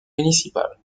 municipal